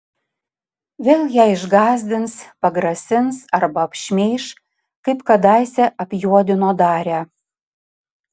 vėl ją išgąsdins pagrasins arba apšmeiš kaip kadaise apjuodino darią